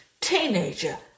teenager